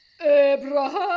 Abraham